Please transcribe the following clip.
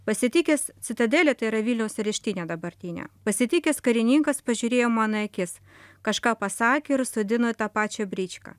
pasitikęs citadelė tai yra vilniaus areštinė dabartinė pasitikęs karininkas pažiūrėjo man į akis kažką pasakė ir į sodino į tą pačią bričką